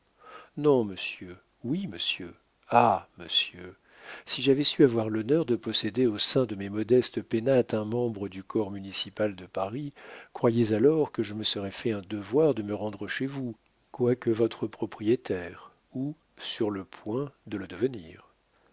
non monsieur oui monsieur ah monsieur si j'avais su avoir l'honneur de posséder au sein de mes modestes pénates un membre du corps municipal de paris croyez alors que je me serais fait un devoir de me rendre chez vous quoique votre propriétaire ou sur le point de le devenir